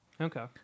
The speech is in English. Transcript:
Okay